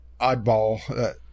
oddball